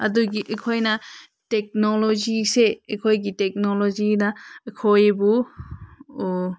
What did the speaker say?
ꯑꯗꯨꯒꯤ ꯑꯩꯈꯣꯏꯅ ꯇꯦꯛꯅꯣꯂꯣꯖꯤꯁꯦ ꯑꯩꯈꯣꯏꯒꯤ ꯇꯦꯛꯅꯣꯂꯣꯖꯤꯅ ꯑꯩꯈꯣꯏꯕꯨ